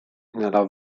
nella